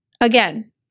again